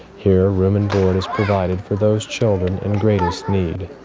here, room and board is provided for those children in greatest need.